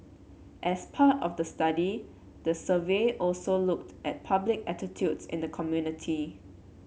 as part of the study the survey also looked at public attitudes in the community